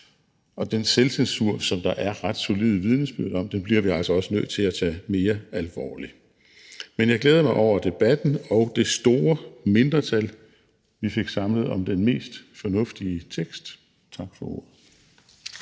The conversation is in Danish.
og den selvcensur, som der er ret solide vidnesbyrd om, bliver vi altså også nødt til at tage mere alvorligt. Men jeg glæder mig over debatten og det store mindretal, vi fik samlet om det mest fornuftige forslag